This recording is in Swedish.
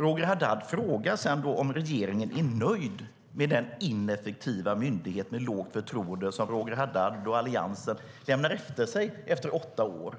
Roger Haddad frågar sedan om regeringen är nöjd med den ineffektiva myndighet med lågt förtroende som Roger Haddad och Alliansen lämnar efter sig efter åtta år.